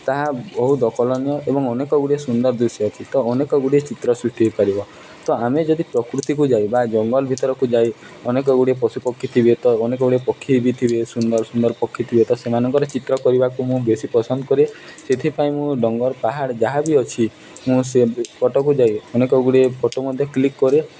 ତାହା ବହୁତ ଅକଳନୀୟ ଏବଂ ଅନେକଗୁଡ଼ିଏ ସୁନ୍ଦର ଦୃଶ୍ୟ ଅଛି ତ ଅନେକଗୁଡ଼ିଏ ଚିତ୍ର ସୃଷ୍ଟି ହୋଇପାରିବ ତ ଆମେ ଯଦି ପ୍ରକୃତିକୁ ଯାଇ ବା ଜଙ୍ଗଲ ଭିତରକୁ ଯାଇ ଅନେକଗୁଡ଼ିଏ ପଶୁପକ୍ଷୀ ଥିବେ ତ ଅନେକଗୁଡ଼ିଏ ପକ୍ଷୀ ବି ଥିବେ ସୁନ୍ଦର ସୁନ୍ଦର ପକ୍ଷୀ ଥିବେ ତ ସେମାନଙ୍କର ଚିତ୍ର କରିବାକୁ ମୁଁ ବେଶୀ ପସନ୍ଦ କରେ ସେଥିପାଇଁ ମୁଁ ଜଙ୍ଗଲ ପାହାଡ଼ ଯାହା ବିି ଅଛି ମୁଁ ସେ ଫଟୋକୁ ଯାଇ ଅନେକଗୁଡ଼ିଏ ଫଟୋ ମଧ୍ୟ କ୍ଲିକ୍ କରେ